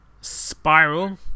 Spiral